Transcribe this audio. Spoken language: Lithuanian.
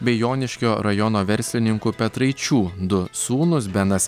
bei joniškio rajono verslininkų petraičių du sūnūs benas